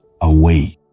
away